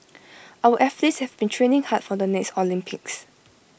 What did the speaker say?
our athletes have been training hard for the next Olympics